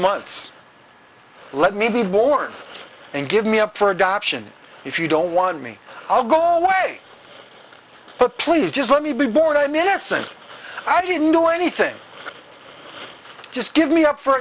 months let me be born and give me up for adoption if you don't want me i'll go away but please just let me be born i'm innocent i didn't do anything just give me up for